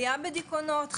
עלייה בדיכאונות,